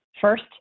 First